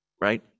right